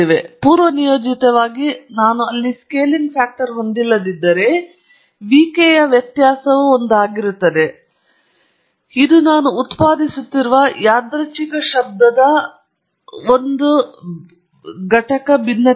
ಪೂರ್ವನಿಯೋಜಿತವಾಗಿ ನಾನು ಅಲ್ಲಿ ಸ್ಕೇಲಿಂಗ್ ಫ್ಯಾಕ್ಟರ್ ಹೊಂದಿಲ್ಲದಿದ್ದರೆ vk ನ ವ್ಯತ್ಯಾಸವು ಒಂದು ಆಗಿರುತ್ತದೆ ಇದು ನಾನು ಉತ್ಪಾದಿಸುತ್ತಿರುವ ಯಾದೃಚ್ಛಿಕ ಶಬ್ಧದ ಒಂದು ಘಟಕ ಭಿನ್ನತೆಯಾಗಿದೆ